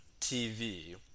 TV